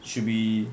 should be